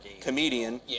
comedian